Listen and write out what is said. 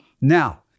Now